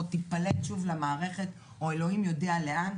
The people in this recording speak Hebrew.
תיפלט שוב למערכת או אלוהים יודע לאן,